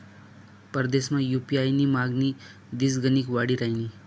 परदेसमा यु.पी.आय नी मागणी दिसगणिक वाडी रहायनी